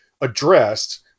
addressed